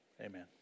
amen